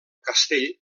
castell